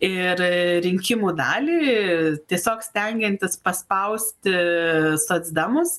ir rinkimų dalį tiesiog stengiantis paspausti socdemus